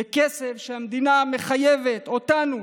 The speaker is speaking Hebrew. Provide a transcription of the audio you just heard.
בכסף שהמדינה מחייבת אותנו,